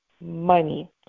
money